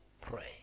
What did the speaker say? pray